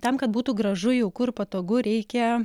tam kad būtų gražu jauku ir patogu reikia